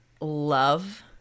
love